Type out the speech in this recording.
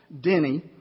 Denny